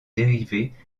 dérivés